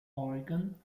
organ